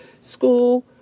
school